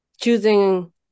choosing